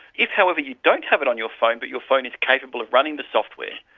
if however you don't have it on your phone but your phone is capable of running the software,